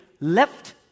left